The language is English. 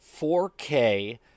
4K –